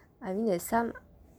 I mean there's some